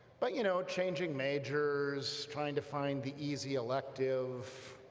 but you know changing majors, trying to find the easy elective,